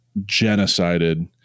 genocided